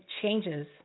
changes